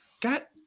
Got